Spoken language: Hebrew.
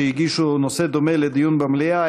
שהגישו נושא דומה לדיון במליאה,